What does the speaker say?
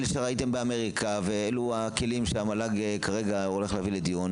שראיתם באמריקה והכלים שהמל"ג כרגע הולך להביא לדיון,